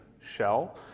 shell